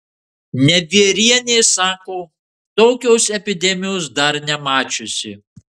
nevierienė sako tokios epidemijos dar nemačiusi